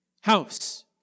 house